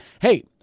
hey